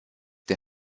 der